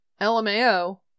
Lmao